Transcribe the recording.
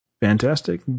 Fantastic